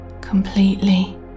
completely